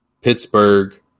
Pittsburgh